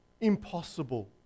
impossible